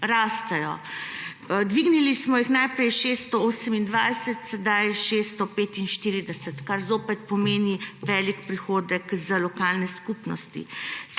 rastejo. Dvignili smo jih najprej iz 628, sedaj 645, kar zopet pomeni velik prihodek za lokalne skupnosti.